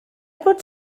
bod